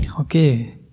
Okay